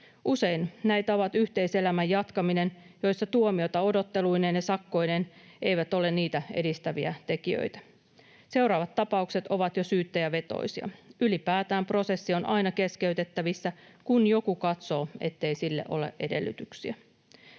Usein näitä ovat yhteiselämän jatkaminen, jossa tuomiot odotteluineen ja sakkoineen eivät ole niitä edistäviä tekijöitä. Seuraavat tapaukset ovat jo syyttäjävetoisia. Ylipäätään prosessi on aina keskeytettävissä, kun joku katsoo, ettei sille ole edellytyksiä.